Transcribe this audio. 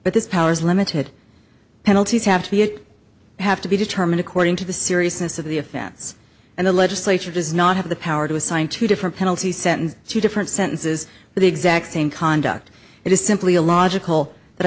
but this power is limited penalties have to be it have to be determined according to the seriousness of the offense and the legislature does not have the power to assign two different penalty sentence to different sentences for the exact same conduct it is simply a logical that